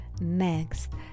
Next